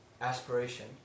aspiration